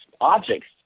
objects